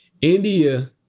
India